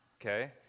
okay